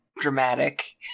dramatic